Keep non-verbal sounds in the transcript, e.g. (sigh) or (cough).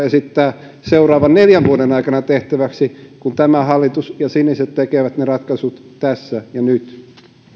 (unintelligible) esittää seuraavan neljän vuoden aikana tehtäväksi kun tämä hallitus ja siniset tekevät ne ratkaisut tässä ja nyt